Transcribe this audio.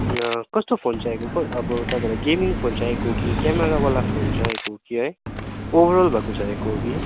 कस्तो फोन चाहिएको को अब तपाईँलाई गेमिङ फोन चाहिएको कि क्यामेरावाला फोन चाहिएको हो कि है ओभरअल भएको चाहिएको कि